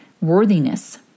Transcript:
worthiness